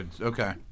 Okay